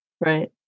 Right